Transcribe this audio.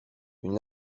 une